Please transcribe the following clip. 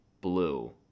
blue